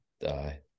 die